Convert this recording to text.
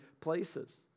places